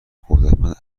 قدرتمند